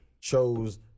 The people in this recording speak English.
chose